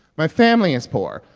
my family is poor.